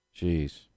Jeez